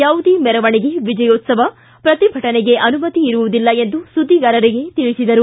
ಯಾವುದೇ ಮೆರವಣಿಗೆ ವಿಜಯೋತ್ತವ ಪ್ರತಿಭಟನೆಗೆ ಅನುಮತಿ ಇರುವುದಿಲ್ಲ ಎಂದು ಸುದ್ದಿಗಾರರಿಗೆ ತಿಳಿಸಿದರು